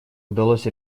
удалось